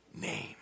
name